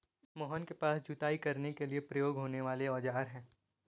मोहन के पास जुताई के लिए प्रयोग होने वाले औज़ार है